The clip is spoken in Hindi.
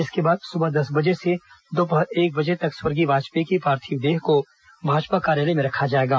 इसके बाद सुबह दस बजे से दोपहर एक बजे तक स्वर्गीय वाजपेयी की पार्थिव देह को भाजपा कार्यालय में रखा जाएगा